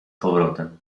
powrotem